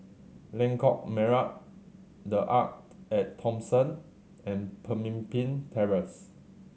Lengkok Merak The Arte At Thomson and Pemimpin Terrace